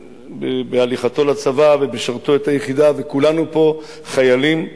בהליכתו לצבא ובשרתו את היחידה, וכולנו פה חיילים.